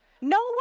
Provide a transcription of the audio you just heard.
No